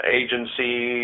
agency